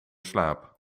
slaap